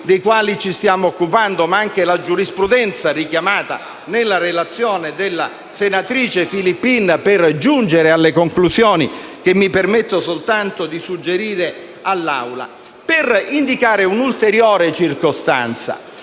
dei quali ci stiamo occupando, ma anche la giurisprudenza richiamata nella relazione della senatrice Filippin per giungere alle conclusioni che mi permetto soltanto di suggerire all'Assemblea, vorrei indicare un'ulteriore circostanza.